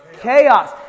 chaos